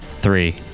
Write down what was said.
Three